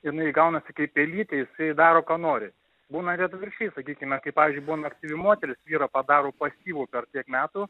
jinai gaunasi kaip pelytė jisai daro ką nori būna ir atvirkščiai sakykime kai pavyzdžiui būna aktyvi moteris vyrą padaro pasyvų per tiek metų